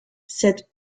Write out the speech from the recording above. cette